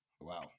Wow